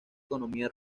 economía